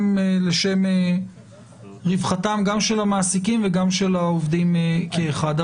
לשם רווחת המעסיקים וגם שלל העובדים כאחד.